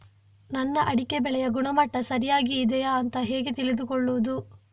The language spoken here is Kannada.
ನನ್ನ ಅಡಿಕೆ ಬೆಳೆಯ ಗುಣಮಟ್ಟ ಸರಿಯಾಗಿ ಇದೆಯಾ ಅಂತ ಹೇಗೆ ತಿಳಿದುಕೊಳ್ಳುವುದು?